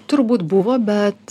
turbūt buvo bet